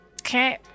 Okay